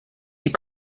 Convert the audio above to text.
die